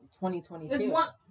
2022